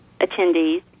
attendees